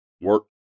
Work